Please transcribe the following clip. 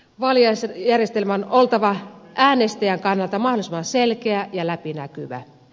vaalijärjestelmän on oltava äänestäjän kannalta mahdollisimman selkeä ja läpinäkyvä